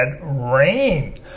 rain